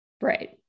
right